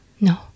no